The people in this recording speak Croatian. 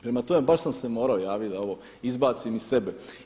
Prema tome, baš sam se morao javit da ovo izbacim iz sebe.